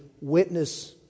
witness